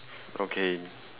okay